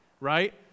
right